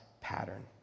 pattern